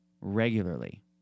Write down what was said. regularly